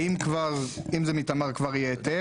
יש לזה משמעות אחרת אם זה מתמר כבר יהיה היטל,